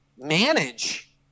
Manage